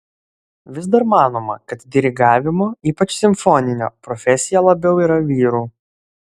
vis dar manoma kad dirigavimo ypač simfoninio profesija labiau yra vyrų